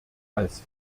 als